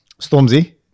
Stormzy